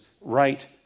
right